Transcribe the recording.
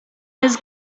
his